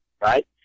right